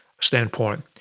standpoint